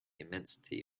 immensity